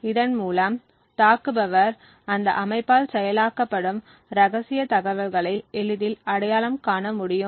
இதன் மூலம் தாக்குப்பவர் அந்த அமைப்பால் செயலாக்கப்படும் ரகசிய தகவல்களை எளிதில் அடையாளம் காண முடியும்